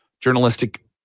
journalistic